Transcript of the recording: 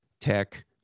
tech